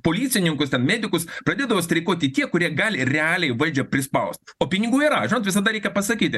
policininkus ten medikus pradėdavo streikuoti tie kurie gali realiai valdžią prispaust o pinigų yra žinot visada reikia pasakyti